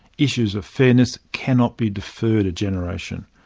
issues of fairness cannot be deferred a generation.